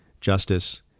justice